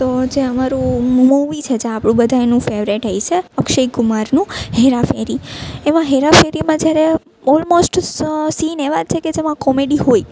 તો જે અમારું મુવી છે જે આપણું બધાંયનું ફેવરીટ હશે અક્ષય કુમારનું હેરાફેરી એમાં હેરાફેરીમાં જ્યારે ઓલમોસ્ટ સીન એવા છે કે જેમાં કોમેડી હોય